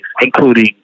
including